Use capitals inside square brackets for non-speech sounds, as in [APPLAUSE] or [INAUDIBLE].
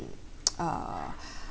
[NOISE] uh